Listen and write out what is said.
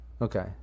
Okay